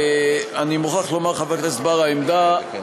אני מוכרח לומר לך, חבר הכנסת בר, אדוני